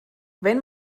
wenn